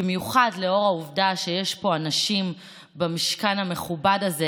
במיוחד לאור העובדה שיש פה אנשים במשכן המכובד הזה